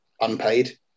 unpaid